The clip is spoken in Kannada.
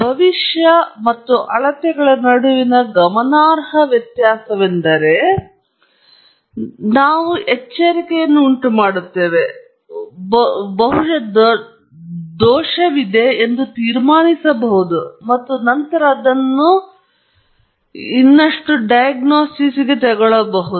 ಭವಿಷ್ಯ ಮತ್ತು ಅಳತೆಗಳ ನಡುವಿನ ಗಮನಾರ್ಹ ವ್ಯತ್ಯಾಸವೆಂದರೆ ನಾವು ಎಚ್ಚರಿಕೆಯನ್ನು ಉಂಟುಮಾಡುತ್ತೇವೆ ಮತ್ತು ಬಹುಶಃ ದೋಷವಿದೆ ಎಂದು ತೀರ್ಮಾನಿಸಬಹುದು ಮತ್ತು ನಂತರ ಅದನ್ನು ಮತ್ತಷ್ಟು ರೋಗನಿರ್ಣಯಕ್ಕೆ ತೆಗೆದುಕೊಳ್ಳಬಹುದು